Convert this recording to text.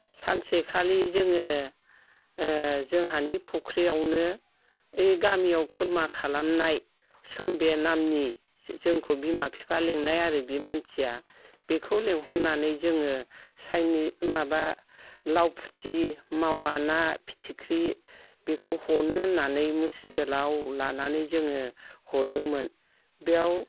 सानसेखालि जोङो जोंहानि फख्रियावनो ओइ गामियाव खुर्मा खालामनाय सोम्बे नामनि जोंखौ बिमा बिफा लिंनाय आरो बे मानसिया बिखौ लिंहरनानै जोङो साइनि माबा लाउ फुथि मावा ना फिथिग्रि बेखौ हनो होननानै मुस्रि गोलाव लानानै जोङो हदोंमोन बेयाव